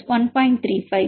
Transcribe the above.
1